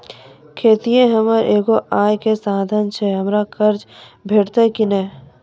खेतीये हमर एगो आय के साधन ऐछि, हमरा कर्ज भेटतै कि नै?